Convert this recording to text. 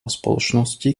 spoločnosti